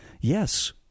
Yes